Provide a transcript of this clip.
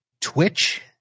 Twitch